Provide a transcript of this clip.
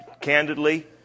candidly